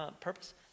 purpose